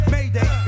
Mayday